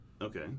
Okay